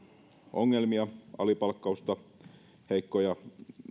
ongelmia alipalkkausta ja muita heikkoja